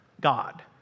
God